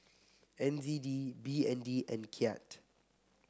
N Z D B N D and Kyat